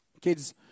Kids